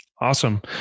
Awesome